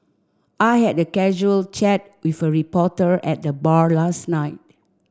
I had a casual chat with a reporter at the bar last night